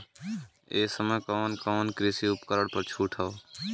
ए समय कवन कवन कृषि उपकरण पर छूट ह?